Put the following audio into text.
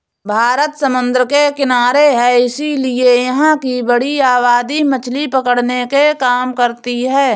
भारत समुद्र के किनारे है इसीलिए यहां की बड़ी आबादी मछली पकड़ने के काम करती है